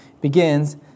begins